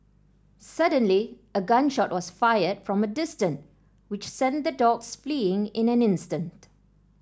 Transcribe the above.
suddenly a gun shot was fired from a distance which sent the dogs fleeing in an instant